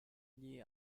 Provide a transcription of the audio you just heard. gli